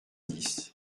dix